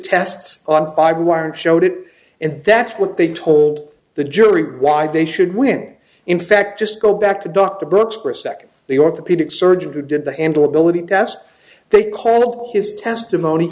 tests on fiber wire and showed it and that's what they told the jury why they should when in fact just go back to dr brooks for a second the orthopedic surgeon who did the handle ability test they called his testimony